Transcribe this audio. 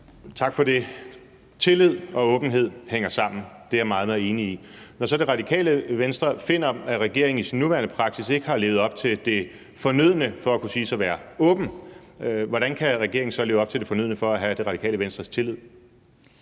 Tak for det. Tillid og åbenhed hænger sammen, det er jeg meget, meget enig i. Når Radikale Venstre så finder, at regeringens nuværende praksis ikke har levet op til det fornødne for at kunne siges at være åben, hvordan kan regeringen så leve op til det fornødne for at have Radikale Venstres tillid?